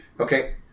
Okay